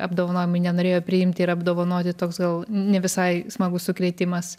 apdovanojimai nenorėjo priimti ir apdovanoti toks gal ne visai smagus sukrėtimas